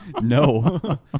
No